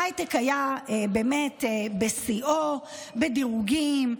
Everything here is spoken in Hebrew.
ההייטק היה באמת בשיאו בדירוגים,